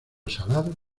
salado